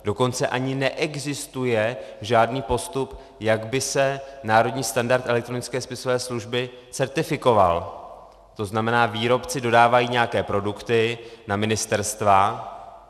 Dokonce ani neexistuje žádný postup, jak by se národní standard elektronické spisové služby certifikoval, tzn. výrobci dodávají nějaké produkty na ministerstva.